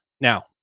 Now